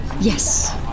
Yes